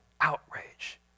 outrage